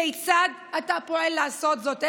כיצד אתה פועל לעשות זאת?